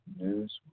News